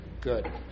good